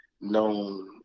known